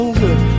good